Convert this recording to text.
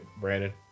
Brandon